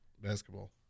basketball